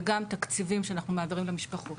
וגם תקציבים שאנחנו מעבירים למשפחות.